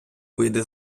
вийде